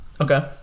Okay